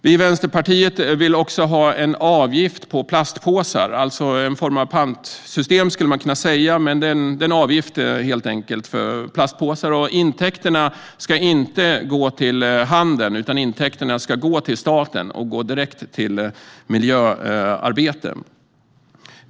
Vi i Vänsterpartiet vill också ha en form av pantsystem för plastpåsar, helt enkelt en avgift. Intäkterna ska inte gå till handeln utan till staten och direkt till miljöarbete.